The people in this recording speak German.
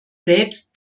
selbst